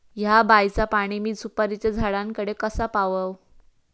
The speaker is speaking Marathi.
हया बायचा पाणी मी सुपारीच्या झाडान कडे कसा पावाव?